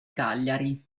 cagliari